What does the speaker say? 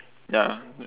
ya